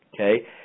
Okay